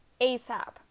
ASAP